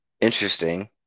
interesting